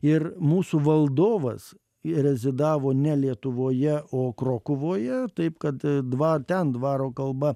ir mūsų valdovas rezidavo ne lietuvoje o krokuvoje taip kad dva ten dvaro kalba